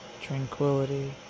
tranquility